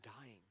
dying